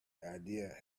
idea